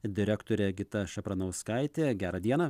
direktore gita šapranauskaite gerą dieną